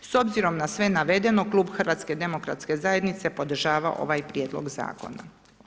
S obzirom na sve navedeno klub HDZ-a podržava ovaj prijedlog zakona.